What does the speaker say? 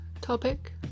topic